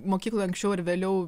mokykloj anksčiau ar vėliau